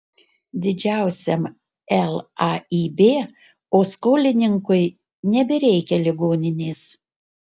didžiausiam laib o skolininkui nebereikia ligoninės